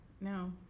No